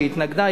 שהיא התנגדה,